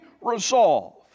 resolve